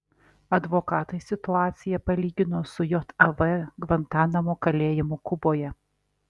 advokatai situaciją palygino su jav gvantanamo kalėjimu kuboje